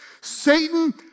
Satan